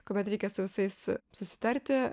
kuomet reikia su visais susitarti